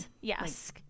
yes